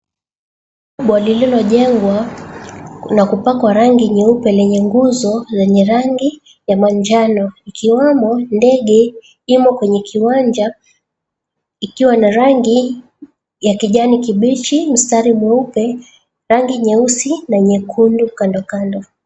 Jumba lililojengwa na kupakwa rangi nyeupe lenye nguzo zenye rangi ya manjano ikiwemo ndege imo kwenye kiwanja ikiwa na rangi ya kijani kibichi, mstari mweupe, rangi nyeusi na nyekundu kandokando.